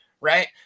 right